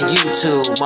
YouTube